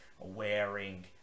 wearing